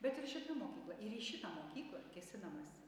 bet ir šita mokykla ir į šitą mokyklą kėsinamasi